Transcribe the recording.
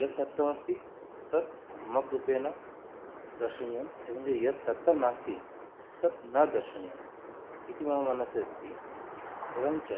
यत्सत्यम् अस्ति तत् सम्मग्रूपेण दर्शनीयम् एवं हि यत्सत्यं नास्ति तत् न दर्शनीयम् इति मम मनसि अस्ति एवञ्च